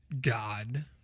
God